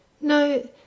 No